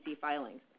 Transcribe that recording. filings